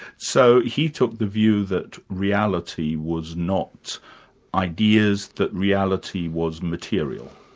so he took the view that reality was not ideas, that reality was material.